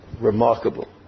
remarkable